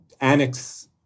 annex